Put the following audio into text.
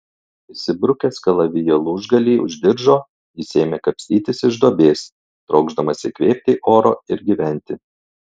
įsibrukęs kalavijo lūžgalį už diržo jis ėmė kapstytis iš duobės trokšdamas įkvėpti oro ir gyventi